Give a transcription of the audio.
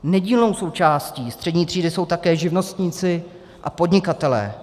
Nedílnou součástí střední třídy jsou také živnostníci a podnikatelé.